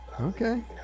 Okay